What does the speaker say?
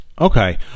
Okay